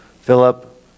Philip